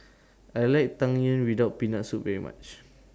I like Tang Yuen without Peanut Soup very much